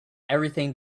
everything